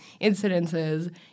incidences